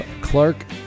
clark